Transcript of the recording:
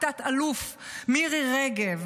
מתת-אלוף מירי רגב,